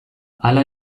hala